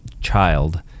child